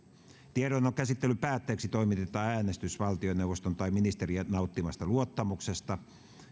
tiedonannon käsittelyn päätteeksi toimitetaan äänestys valtioneuvoston tai ministerin nauttimasta luottamuksesta